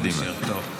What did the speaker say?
קדימה.